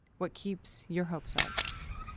what keeps your hopes up?